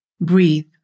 breathe